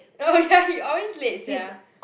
oh ya he always late sia